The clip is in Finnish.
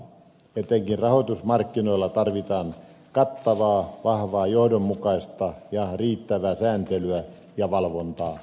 etenkin rahoitusmarkkinoilla tarvitaan kattavaa vahvaa johdonmukaista ja riittävää sääntelyä ja valvontaa